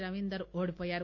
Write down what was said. రవీందర్ ఓడిపోయారు